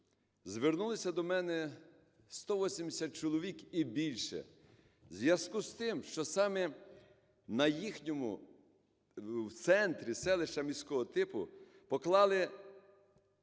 звернулися до мене 180 чоловік, і більше у зв'язку з тим, що саме на їхньому… в центрі селища міського типу поклали